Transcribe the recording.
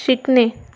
शिकणे